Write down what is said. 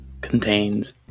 contains